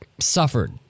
suffered